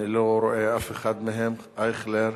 אני לא רואה אף אחד מהם: אייכלר,